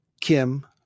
Kim